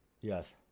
Yes